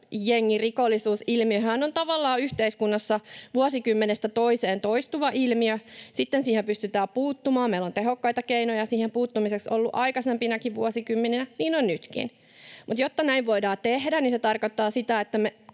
nuorisojengirikollisuusilmiöhän on tavallaan yhteiskunnassa vuosikymmenestä toiseen toistuva ilmiö, ja sitten siihen pystytään puuttumaan. Meillä on tehokkaita keinoja siihen puuttumiseksi ollut aikaisempinakin vuosikymmeninä, ja niin on nytkin. Mutta jotta näin voidaan tehdä, se tarkoittaa, että